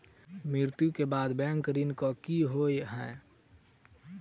मृत्यु कऽ बाद बैंक ऋण कऽ की होइ है?